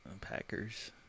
Packers